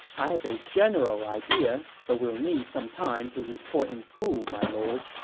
i have a general idea, but will need some time to report in full, my lord,